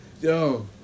Yo